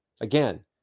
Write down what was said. Again